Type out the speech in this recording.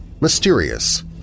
mysterious